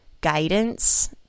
guidance